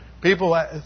People